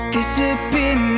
Disappear